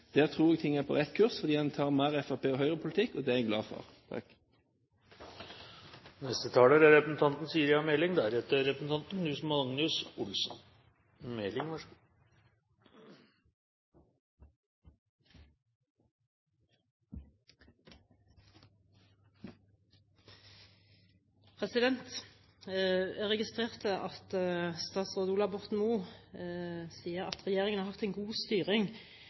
Der tror jeg ting er på rett kurs, fordi en tar mer Fremskrittsparti- og Høyre-politikk, og det er jeg glad for. Jeg registrerte at statsråd Ola Borten Moe sier at regjeringen har hatt en god styring